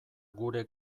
gure